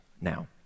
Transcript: now